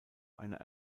einer